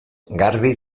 garbi